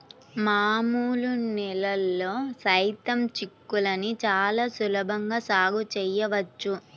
మామూలు నేలల్లో సైతం చిక్కుళ్ళని చాలా సులభంగా సాగు చేయవచ్చు